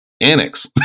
annex